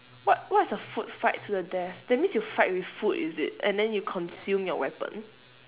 what what is a food fight to the death that means you fight with food is it and then you consume your weapon